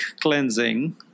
cleansing